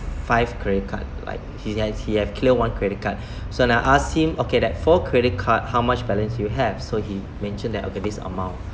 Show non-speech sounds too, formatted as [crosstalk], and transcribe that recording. five credit card like he has he have clear one credit card [breath] so when I ask him okay that four credit card how much balance you have so he mentioned that okay this amount